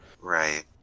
Right